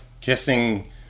kissing